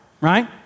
right